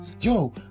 yo